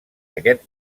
aquest